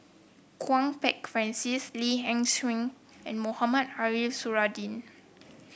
Kwok Peng Francis Li Nanxing and Mohamed Ariff Suradi